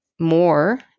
more